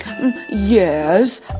Yes